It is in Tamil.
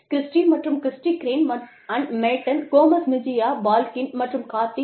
கிரிஸ்டி மற்றும் Christy Crane Matton Gomez Mejia Balkin மற்றும் கார்டி